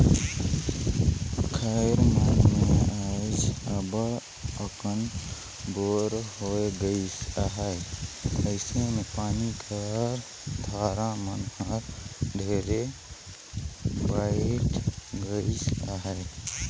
खाएर मन मे आएज अब्बड़ अकन बोर होए गइस अहे अइसे मे पानी का धार मन हर ढेरे बटाए गइस अहे